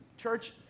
church